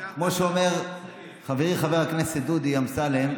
כמו שאומר חברי חבר הכנסת דודי אמסלם,